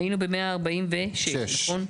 היינו ב-146, נכון?